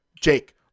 Jake